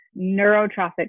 neurotrophic